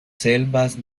selvas